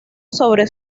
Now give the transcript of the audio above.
sobre